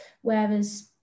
Whereas